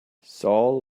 saul